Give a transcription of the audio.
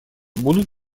будут